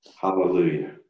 Hallelujah